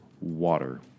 water